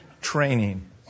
training